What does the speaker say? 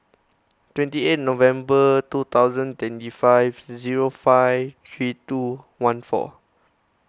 twenty eight November two thousand twenty five zero five three two one four